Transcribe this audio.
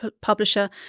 publisher